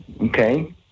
Okay